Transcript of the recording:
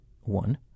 one